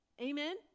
Amen